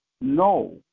no